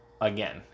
again